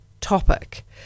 topic